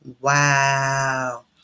Wow